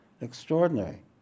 Extraordinary